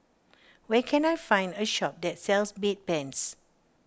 where can I find a shop that sells Bedpans